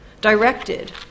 directed